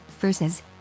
versus